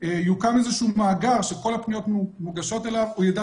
יוקם איזה שהוא מאגר שכל הפניות מוגשות אליו שיידע